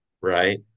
right